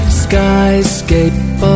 skyscape